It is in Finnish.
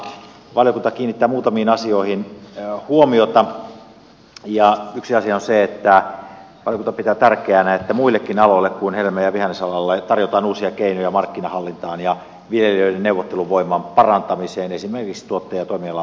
valiokunta kiinnittää muutamiin asioihin huomiota ja yksi asia on se että valiokunta pitää tärkeänä että muillekin aloille kuin hedelmä ja vihannesalalle tarjotaan uusia keinoja markkinahallintaan ja viljelijöiden neuvotteluvoiman parantamiseen esimerkiksi tuottaja ja toimialaorganisaatioiden kautta